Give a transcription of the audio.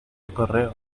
correo